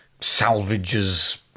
salvages